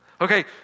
Okay